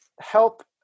help